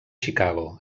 chicago